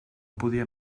podia